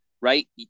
right